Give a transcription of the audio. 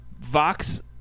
Vox